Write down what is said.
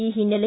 ಈ ಹಿನ್ನೆಲೆ